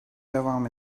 devam